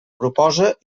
proposa